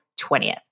20th